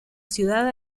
ciudad